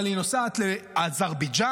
אבל היא נוסעת לאזרבייג'ן,